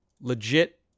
legit